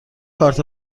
کارت